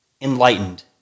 enlightened